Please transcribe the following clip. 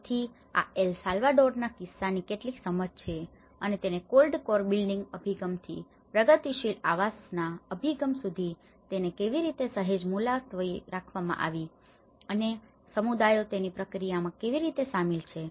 તેથી આ એલ સાલ્વાડોરના કીસ્સાની કેટલીક સમજ છે અને તેને કોલ્ડ કોર બિલ્ડીંગ અભિગમથી પ્રગતિશીલ આવાસના અભિગમ સુધી તેને કેવી રીતે સહેજ મુલતવી રાખવામાં આવી છે અને સમુદાયો તેની પ્રક્રિયામાં કેવી રીતે સામેલ છે